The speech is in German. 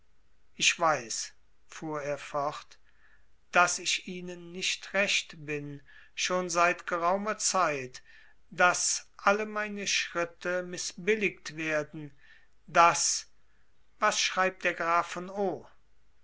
ich weiß fuhr er fort daß ich ihnen nicht recht bin schon seit geraumer zeit daß alle meine schritte mißbilligt werden daß was schreibt der graf von